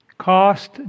cost